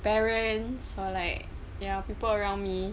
parents or like ya people around me